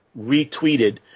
retweeted